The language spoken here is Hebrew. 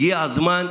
הגיע הזמן,